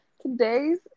Today's